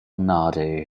nadu